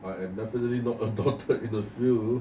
I am definitely not a doctor in the field